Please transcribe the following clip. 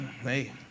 hey